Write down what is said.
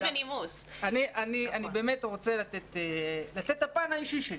אני רוצה להציג את הפן האישי שלי.